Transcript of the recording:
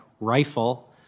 rifle